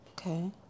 Okay